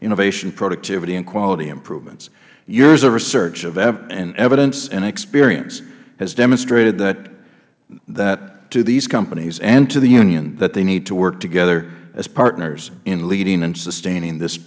innovation productivity and quality improvements years of research and evidence and experience has demonstrated that to these companies and to the union that they need to work together as partners in leading and sustaining this